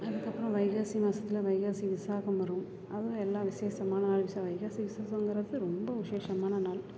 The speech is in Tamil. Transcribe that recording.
அதுக்கப்புறம் வைகாசி மாதத்துல வைகாசி விசாகம் வரும் அதுவும் எல்லா விசேஷமான ஆச்சே வைகாசி விசேஷங்கறது ரொம்ப விசேஷமான நாள்